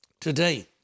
Today